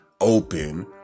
open